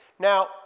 Now